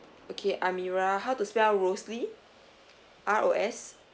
okay amirah how to spell rosli R O S